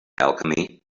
alchemy